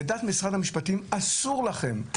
לדעת משרד המשפטים אסור לכם,